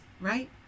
right